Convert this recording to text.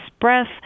breath